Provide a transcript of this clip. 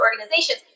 organizations